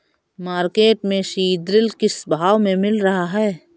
Market में seed drill किस भाव में मिल रहा है?